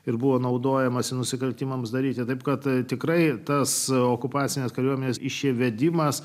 ir buvo naudojamasi nusikaltimams daryti taip kad tikrai tas okupacinės kariuomenės išvedimas